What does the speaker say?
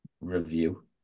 review